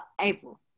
april